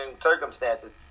circumstances